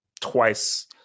twice